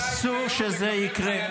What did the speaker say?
אסור שזה יקרה.